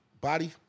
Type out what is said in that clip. body